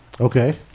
Okay